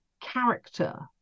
character